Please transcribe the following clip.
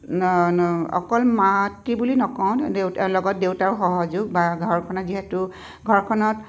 অকল মাতৃ বুলি নকওঁ দেউ লগত দেউতাৰ সহযোগ বা ঘৰখনত যিহেতু ঘৰখনত